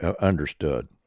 understood